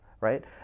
right